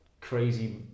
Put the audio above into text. crazy